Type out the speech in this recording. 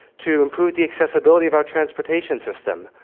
to improve the accessibility of our transportation system,